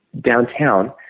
downtown